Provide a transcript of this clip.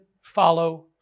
follow